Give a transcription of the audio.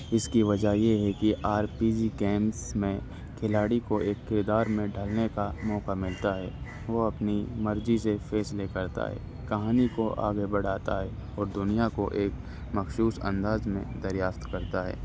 اس کی وجہ یہ ہے کہ آر پی جی گیمس میں کھلاڑی کو ایک کردار میں ڈھلنے کا موقع ملتا ہے وہ اپنی مرضی سے فیصلے کرتا ہے کہانی کو آگے بڑھاتا ہے اور دنیا کو ایک مخصوص انداز میں دریافت کرتا ہے